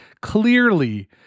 clearly